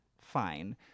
fine